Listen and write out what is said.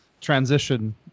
transition